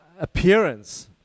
appearance